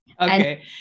Okay